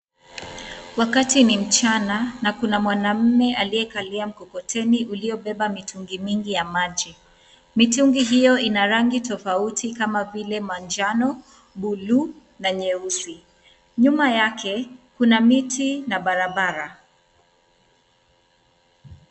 Wakati ni mchana na kuna mwanamume aliyekalia mkokoteni uliobeba mitungi mingi ya maji. Mitungi hiyo ina rangi tofauti kama vile manjano, bluu na nyeusi. Nyuma yake kuna miti na barabara.